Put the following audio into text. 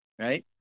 right